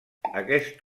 aquest